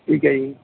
ਠੀਕ ਹੈ ਜੀ